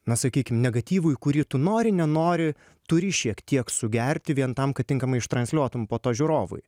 na sakykim negatyvui kurį tu nori nenori turi šiek tiek sugerti vien tam kad tinkamai ištransliuotam po to žiūrovui